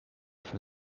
for